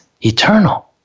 eternal